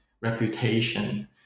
reputation